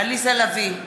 עליזה לביא,